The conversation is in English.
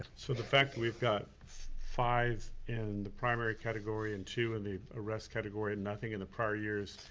so the fact that we've got five in the primary category and two in the arrest category and nothing in the prior years,